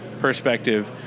perspective